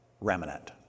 remnant